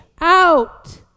out